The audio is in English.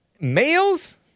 Males